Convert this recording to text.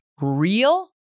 real